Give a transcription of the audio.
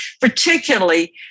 particularly